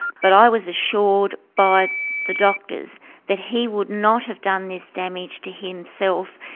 but i was assured by the doctors that he would not have done this damage to himself.